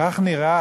כך נראה,